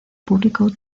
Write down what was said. público